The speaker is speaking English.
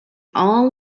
all